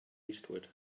eastward